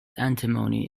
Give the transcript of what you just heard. antimony